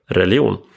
religion